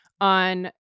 on